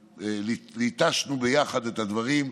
ליטשנו ביחד את הדברים,